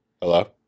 Hello